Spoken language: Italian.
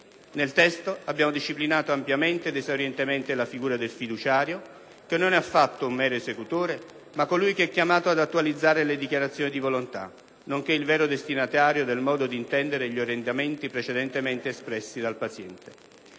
Nel testo abbiamo disciplinato ampiamente ed esaurientemente la figura del fiduciario, che non è affatto un mero esecutore, ma colui che è chiamato ad attualizzare le dichiarazioni di volontà, nonché il vero destinatario del modo di intendere gli orientamenti precedentemente espressi dal paziente.